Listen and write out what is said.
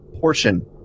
portion